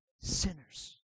sinners